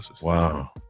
Wow